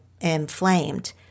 inflamed